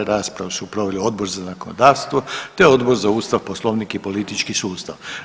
Raspravu su proveli Odbor za zakonodavstvo te Odbor za Ustav, Poslovnik i politički sustav.